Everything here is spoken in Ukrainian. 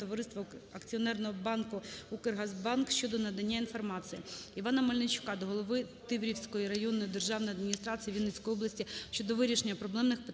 товариства Акціонерного банку "Укргазбанк" щодо надання інформації. Івана Мельничука до головиТиврівської районної державної адміністрації Вінницької області щодо вирішення проблемних питань